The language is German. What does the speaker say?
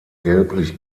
gelblich